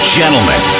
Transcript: gentlemen